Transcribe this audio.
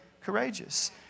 courageous